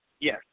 Yes